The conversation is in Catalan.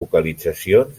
vocalitzacions